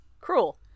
cruel